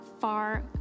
far